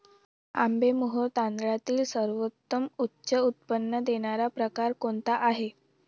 आंबेमोहोर तांदळातील सर्वोत्तम उच्च उत्पन्न देणारा प्रकार कोणता आहे?